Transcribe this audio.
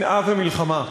שנאה ומלחמה.